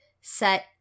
set